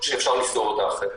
שאפשר לפתור אותה אחרת.